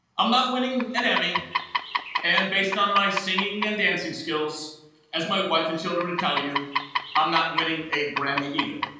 i'm not winning an emmy and based on my singing and dancing skills as my wife and children and tell you i'm not winning a grammy either